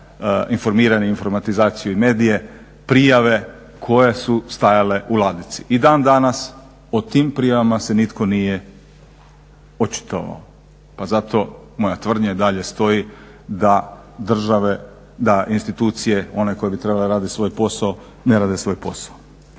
informiranje, informatizaciju i medije prijave koje su stajale u ladici. I dan danas o tim prijavama se nitko nije očitovao pa zato moja tvrdnja i dalje stoji da institucije one koje bi trebale raditi svoj posao ne rade svoj posao.